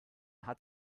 hat